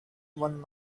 one